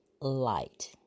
light